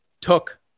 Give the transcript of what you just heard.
took